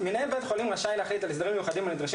"מנהל בית חולים רשאי להחליט על הסדרים מיוחדים הנדרשים